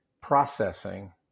processing